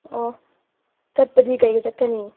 ꯑꯣ ꯆꯠꯄꯗꯤ ꯀꯩꯗ ꯆꯠꯀꯅꯤ